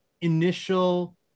initial